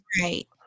right